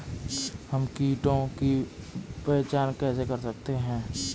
हम कीटों की पहचान कैसे कर सकते हैं?